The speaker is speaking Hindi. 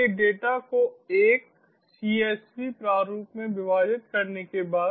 इसलिए डेटा को एक सीएसवी प्रारूप में विभाजित करने के बाद